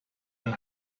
ein